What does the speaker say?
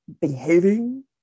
behaving